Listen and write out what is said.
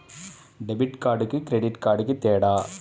Debit కార్డుకి credit కార్డుకి తేడా?